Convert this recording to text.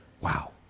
Wow